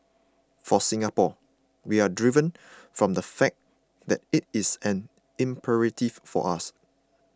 for Singapore we are driven from the fact that it is an imperative for us